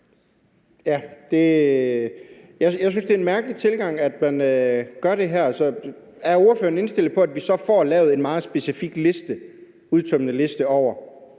Jeg synes, det er en mærkelig tilgang, at man gør det her. Er ordføreren indstillet på, at vi så får lavet en meget specifik liste,